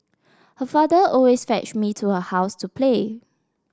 her father always fetched me to her house to play